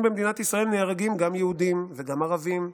במדינת ישראל נהרגים גם יהודים וגם ערבים,